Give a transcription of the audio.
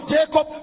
Jacob